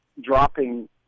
dropping